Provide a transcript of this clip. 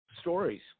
stories